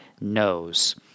knows